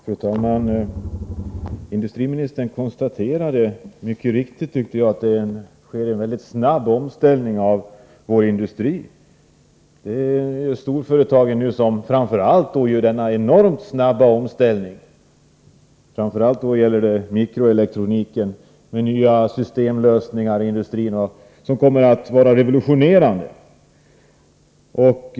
Fru talman! Industriministern konstaterade — mycket riktigt, tycker jag — att det sker en väldigt snabb omställning av vår industri. Det är framför allt storföretagen som gör denna enormt snabba omställning, särskilt när det gäller mikroelektroniken med nya systemlösningar som kommer att vara revolutionerande.